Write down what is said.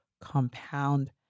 compound